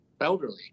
elderly